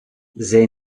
they